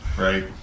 Right